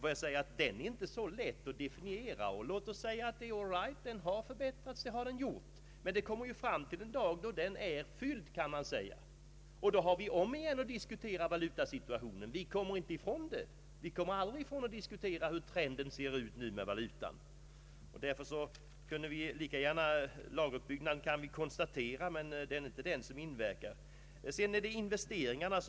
Det är inte så lätt att definiera den, men låt oss säga att den har förbättrats. Emellertid kommer det ju en dag när uppbyggnaden är färdig, och då har vi omigen att diskutera = valutasituationen. Vi kommer aldrig ifrån att diskutera hur trenden ser ut. Lageruppbyggnaden kan vi konstatera, men det är inte den som avgör hela valutasituationen.